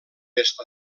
est